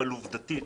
עובדתית,